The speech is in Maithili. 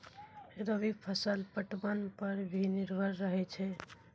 रवि फसल पटबन पर भी निर्भर रहै छै